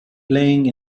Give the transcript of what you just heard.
playing